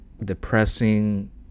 depressing